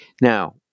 Now